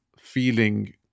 feeling